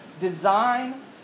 design